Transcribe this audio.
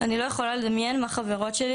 אני לא יכולה לדמיין מה חברות שלי,